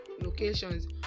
locations